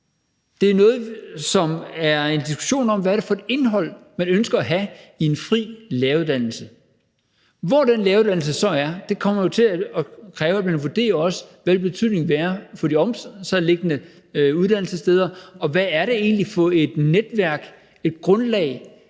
som er en diskussion om, hvad det er for et indhold man ønsker at have i en fri læreruddannelse. Hvor den læreruddannelse så skal være, kommer jo også til at kræve, at man vurderer, hvad betydningen vil være for de omkringliggende uddannelsessteder, og hvad det egentlig er for et netværk, et grundlag,